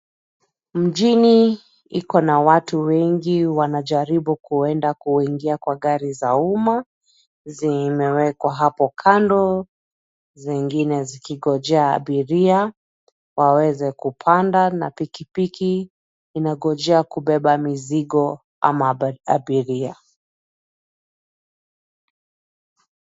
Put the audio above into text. Mjini iko na watu wengi wanajaribu kuenda kuingia kwa gari za uma, zimewekwa hapo kando, zingine zikingojea abiria, waweze kupanda na pikipiki inangojea kubeba mizigo ama abiria.